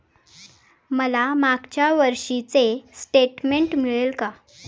मला मागच्या वर्षीचे स्टेटमेंट मिळेल का?